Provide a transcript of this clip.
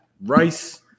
rice